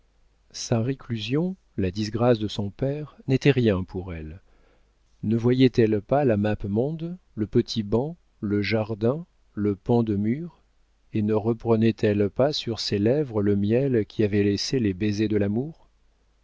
sa réclusion la disgrâce de son père n'étaient rien pour elle ne voyait-elle pas la mappemonde le petit banc le jardin le pan de mur et ne reprenait elle pas sur ses lèvres le miel qu'y avaient laissé les baisers de l'amour